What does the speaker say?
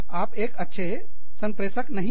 आप एक अच्छे संप्रेषककम्युनिकेटर नहीं हो